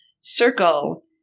Circle